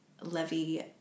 Levy